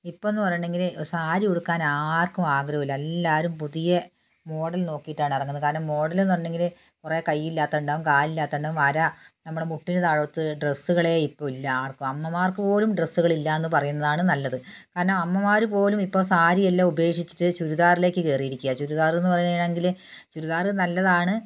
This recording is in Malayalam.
ഇപ്പോഴെന്ന് പറഞ്ഞിട്ടുണ്ടെങ്കിൽ സാരി ഉടുക്കാൻ ആർക്കും ആഗ്രഹമില്ല എല്ലാരും പുതിയ മോഡൽ നോക്കീട്ട് ആണ് ഇറങ്ങുന്നത് കാരണം മോഡലെന്ന് പറഞ്ഞെങ്കിൽ കുറേ കയ്യില്ലാത്തത് ഉണ്ടാവും കാലില്ലാത്തത് ഉണ്ടാവും വര നമ്മുടെ മുട്ടിന് താഴത്ത് ഡ്രെസ്സുകളേ ഇപ്പോൾ ഇല്ല ആർക്കും അമ്മമാർക്ക് പോലും ഡ്രെസ്സുകൾ ഇല്ലാന്ന് പറയുന്നതാണ് നല്ലത് കാരണം അമ്മമാരുപോലും ഇപ്പോൾ സാരി എല്ലാം ഉപേക്ഷിച്ചിട്ട് ചുരിദാറിലേക്ക് കേറിയിരിക്കുകയാണ് ചുരിദാറെന്നു പറയുകാണെങ്കിൽ ചുരിദാർ നല്ലതാണ്